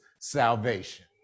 salvation